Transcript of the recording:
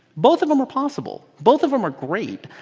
both of them are possible. both of them are great.